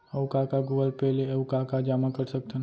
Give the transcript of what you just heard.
अऊ का का गूगल पे ले अऊ का का जामा कर सकथन?